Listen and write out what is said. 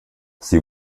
sie